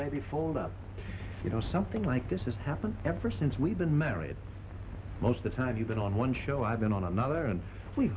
maybe fold up you know something like this is happening ever since we've been married most the time you've been on one show i've been on another and